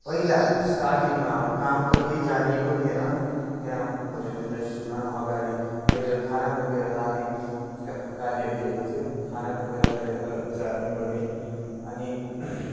पहिला स्टार्टिङमा अब काम त केही जनिएको थिएन त्यहाँ होटेल इन्डस्ट्रीमा अगाडि वेटर खाना बोकेर लाने कार्य दिएको थियो खाना बोकेर लिएर जानु पर्ने अनि